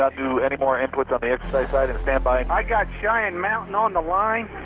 not do anymore inputs on the exercise side and standby. i got cheyenne mountain on the line,